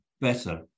Better